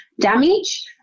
damage